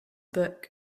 book